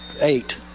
eight